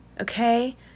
okay